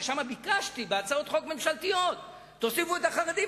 שבה ביקשתי בהצעות חוק ממשלתיות: תוסיפו את החרדים.